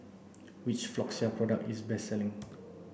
which Floxia product is the best selling